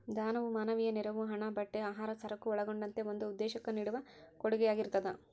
ದಾನವು ಮಾನವೀಯ ನೆರವು ಹಣ ಬಟ್ಟೆ ಆಹಾರ ಸರಕು ಒಳಗೊಂಡಂತೆ ಒಂದು ಉದ್ದೇಶುಕ್ಕ ನೀಡುವ ಕೊಡುಗೆಯಾಗಿರ್ತದ